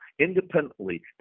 independently